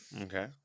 Okay